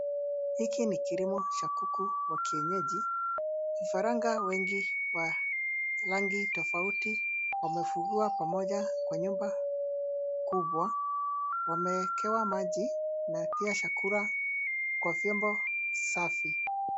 Hiki ni kilimo cha kuku wa kienyeji. Vifaranga wengi wa rangi tofauti wamefugiwa pamoja kwa nyumba kubwa. Wamewekewa maji na pia chakula kwa vyombo safi.